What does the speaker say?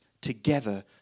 together